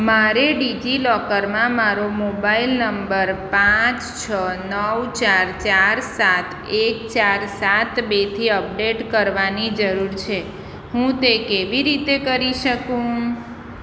મારે ડિજિલોકરમાં મારો મોબાઇલ નંબર પાંચ છ નવ ચાર ચાર સાત એક ચાર સાત બેથી અપડેટ કરવાની જરૂર છે હું તે કેવી રીતે કરી શકું